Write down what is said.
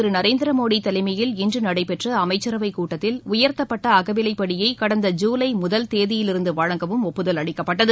திருநரேந்திரமோடிதலைமையில் இன்றுநடைபெற்றஅமைச்சரவைக் பிரதமர் கூட்டத்தில் உயர்த்தப்பட்ட அகவிலைப்படியைகடந்த ஜூலைமுதல் தேதியிலிருந்துவழங்கவும் ஒப்புதல் அளிக்கப்பட்டது